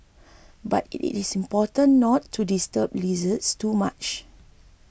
but it is important not to disturb lizards too much